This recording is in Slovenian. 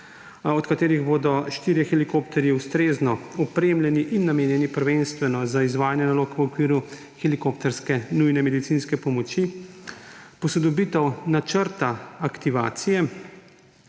od katerih bodo štirje helikopterji ustrezno opremljeni in namenjeni prvenstveno za izvajanje nalog v okviru helikopterske nujne medicinske pomoči; posodobitev načrta aktivacije